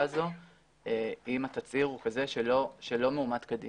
הזו אם התצהיר הוא כזה שלא מאומת כדין.